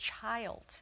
child